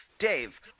Dave